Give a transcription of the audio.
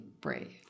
brave